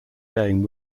game